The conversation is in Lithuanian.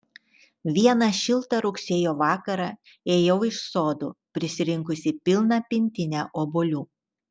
vieną šiltą rugsėjo vakarą ėjau iš sodo prisirinkusi pilną pintinę obuolių